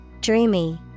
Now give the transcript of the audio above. Dreamy